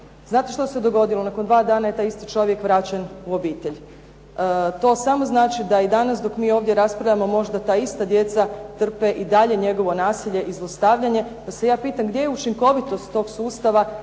Znate što se dogodilo? Nakon dva dana je taj isti čovjek vraćen u obitelj. To samo znači da i danas dok mi ovdje raspravljamo možda ta ista djeca trpe i dalje njegovo nasilje i zlostavljanje. Pa se ja pitam gdje je učinkovitost tog sustava